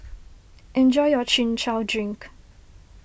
enjoy your Chin Chow Drink